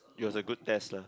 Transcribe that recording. it was a good test lah